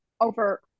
over